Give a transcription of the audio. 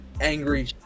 angry